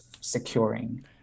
securing